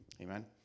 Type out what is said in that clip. Amen